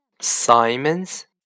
Simon's